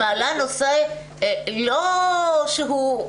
שמעלה נושא שהוא לא מופרך?